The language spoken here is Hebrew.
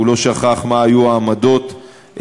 הוא לא שכח מה היו העמדות שננקטו,